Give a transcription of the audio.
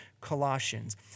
Colossians